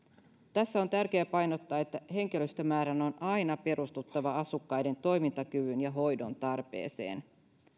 tässä on tärkeä painottaa että henkilöstömäärän on aina perustuttava asukkaiden toimintakyvyn ja hoidon tarpeeseen